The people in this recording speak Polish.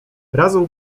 raz